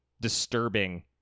disturbing